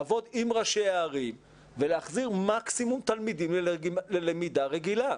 לעבוד עם ראשי הערים ולהחזיר מקסימום תלמידים ללמידה רגילה.